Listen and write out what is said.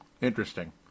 Interesting